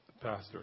pastor